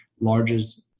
largest